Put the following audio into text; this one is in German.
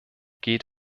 geht